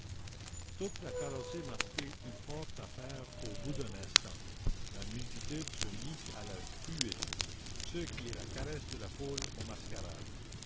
toute la carrossée masquée eut fort à faire au bout d'un instant la multitude se mit à la huer ce qui est la caresse de la foule aux mascarades